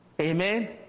amen